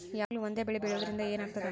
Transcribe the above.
ಯಾವಾಗ್ಲೂ ಒಂದೇ ಬೆಳಿ ಬೆಳೆಯುವುದರಿಂದ ಏನ್ ಆಗ್ತದ?